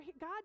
God